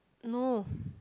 no